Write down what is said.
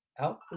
Out